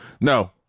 no